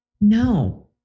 no